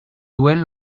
duen